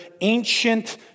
ancient